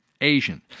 Asian